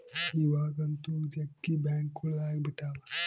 ಇವಾಗಂತೂ ಜಗ್ಗಿ ಬ್ಯಾಂಕ್ಗಳು ಅಗ್ಬಿಟಾವ